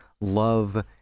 love